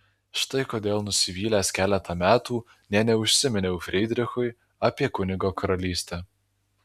štai kodėl nusivylęs keletą metų nė neužsiminiau frydrichui apie kunigo karalystę